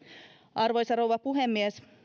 arvoisa rouva puhemies